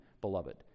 beloved